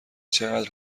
چقدر